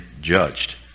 judged